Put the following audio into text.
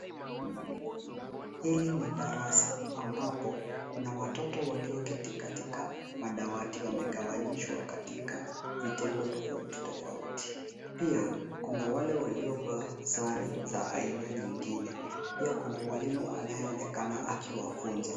Hili ni darasa ambapo kuna watoto walioketi katika madawati, wamegawanyishwa katika vitengo tofauti, tofauti. Pia kuna wale waliovaa sare za aina nyingine. Pia kuna mwalimu anayeonekana akiwafunza.